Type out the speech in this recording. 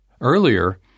Earlier